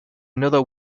another